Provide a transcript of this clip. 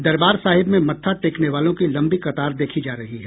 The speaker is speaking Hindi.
दरबार साहिब में मत्था टेकने वालों की लम्बी कतार देखी जा रही है